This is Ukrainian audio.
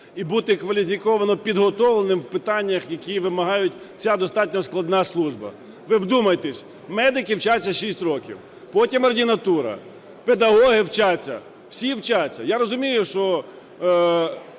і бути кваліфіковано підготовленими в питаннях, яких вимагаює ця достатньо складна служба. Ви вдумайтеся, медики вчаться 6 років, потім ординатура, педагоги вчаться, всі вчаться. Я розумію, що